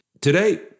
Today